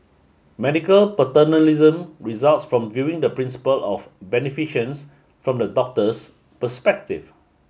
medical paternalism results from viewing the principle of beneficence from the doctor's perspective